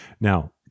Now